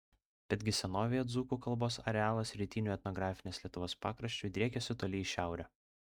betgi senovėje dzūkų kalbos arealas rytiniu etnografinės lietuvos pakraščiu driekėsi toli į šiaurę